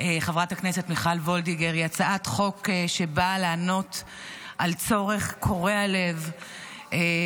חברת הכנסת פנינה תמנו שטה הייתה טרומית,